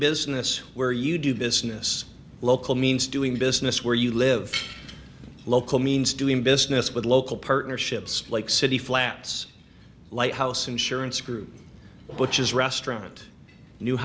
business where you do business local means doing business where you live local means doing business with local partnerships like city flats lighthouse insurance group which is restaurant knew